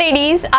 Ladies